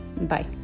bye